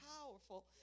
powerful